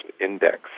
index